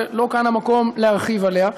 ולא כאן המקום להרחיב עליה.